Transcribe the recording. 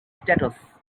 status